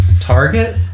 Target